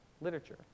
literature